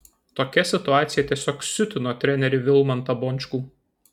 tokia situacija tiesiog siutino trenerį vilmantą bončkų